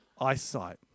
eyesight